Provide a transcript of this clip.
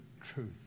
truth